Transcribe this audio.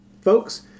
folks